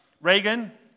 Reagan